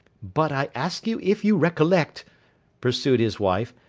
but i ask you if you recollect pursued his wife,